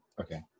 Okay